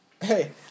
Hey